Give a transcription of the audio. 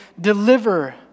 deliver